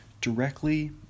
directly